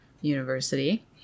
university